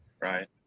right